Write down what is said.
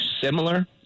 similar